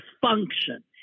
function